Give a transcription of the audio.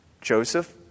Joseph